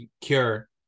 cure